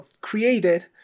created